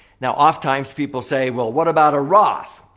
now, oftentimes people say, well, what about a roth?